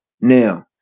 now